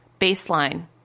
Baseline